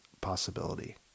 possibility